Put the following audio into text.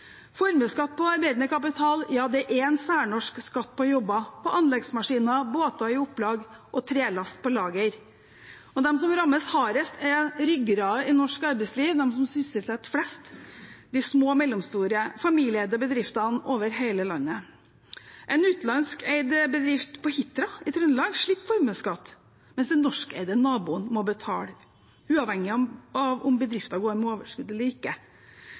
Formuesskatt på arbeidende kapital – ja, det er en særnorsk skatt på jobber, på anleggsmaskiner, båter i opplag og trelast på lager. De som rammes hardest, er ryggraden i norsk arbeidsliv, de som sysselsetter flest, de små og mellomstore familieeide bedriftene over hele landet. En utenlandsk eid bedrift på Hitra i Trøndelag slipper formuesskatt, mens den norskeide naboen må betale, uavhengig av om bedriften går med overskudd eller